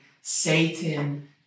Satan